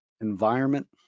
environment